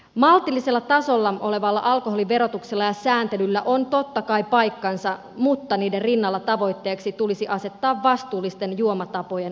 maltillisella tasolla olevalla alkoholiverotuksella ja sääntelyllä on totta kai paikkansa mutta niiden rinnalla tavoitteeksi tulisi asettaa vastuullisten juomatapojen omaksuminen